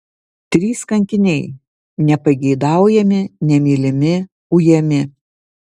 trys kankiniai nepageidaujami nemylimi ujami